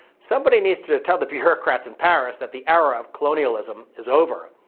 somebody needs to tell the bureaucrats in paris that the era of colonialism is over.